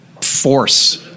force